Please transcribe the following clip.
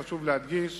חשוב להדגיש